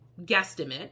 guesstimate